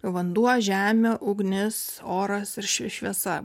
vanduo žemė ugnis oras ir šviesa